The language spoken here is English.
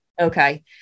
okay